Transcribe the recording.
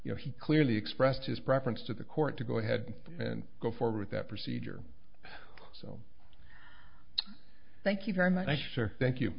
you know he clearly expressed his preference to the court to go ahead and go forward with that procedure so thank you very much i sure thank you